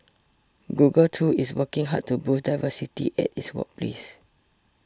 Google too is working hard to boost diversity at its workplace